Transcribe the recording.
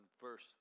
verse